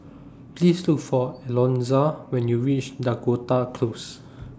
Please Look For Alonza when YOU REACH Dakota Close